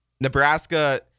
Nebraska